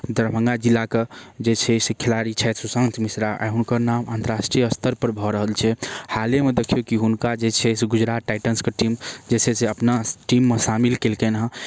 दरभङ्गा जिलाके जे छै से खिलाड़ी छथि सुशान्त मिश्रा आइ हुनकर नाम अन्तरराष्ट्रीय स्तरपर भऽ रहल छै हालेमे देखिऔ कि हुनका जे छै से गुजरात टाइटन्सके टीम जे छै से अपना टीममे शामिल केलकनि हँ